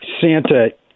Santa